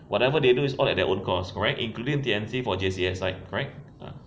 whatever they do is all at their own cost correct including T_M_C for J_C_S right correct